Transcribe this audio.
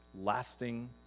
lasting